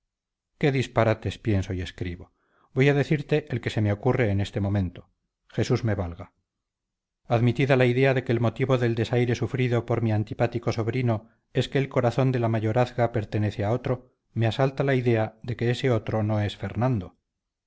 qué disparates pienso y escribo voy a decirte el que se me ocurre en este momento jesús me valga admitida la idea de que el motivo del desaire sufrido por mi antipático sobrino es que el corazón de la mayorazga pertenece a otro me asalta la idea de que ese otro no es fernando